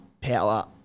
power